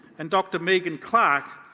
and dr megan clark,